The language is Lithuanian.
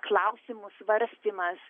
klausimų svarstymas